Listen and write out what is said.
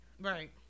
right